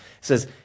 says